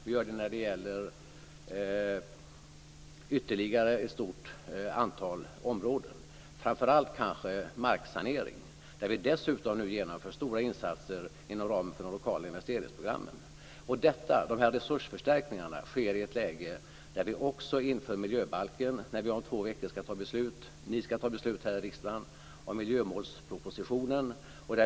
Vi gör det när det gäller ytterligare ett stort antal områden, framför allt kanske när det gäller marksanering. Där genomförs nu dessutom stora insatser inom ramen för de lokala investeringsprogrammen. Resursförstärkningarna sker i ett läge där vi också inför miljöbalken och i ett läge där ni här i riksdagen om två veckor skall fatta beslut om miljömålspropositionen.